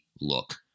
look